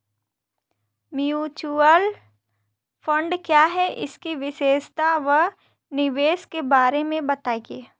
Mutual fund क्या है इसकी विशेषता व निवेश के बारे में बताइये?